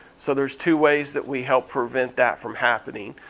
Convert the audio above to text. so there's two ways that we help prevent that from happening.